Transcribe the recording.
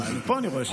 פה אני רואה שעון.